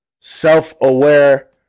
self-aware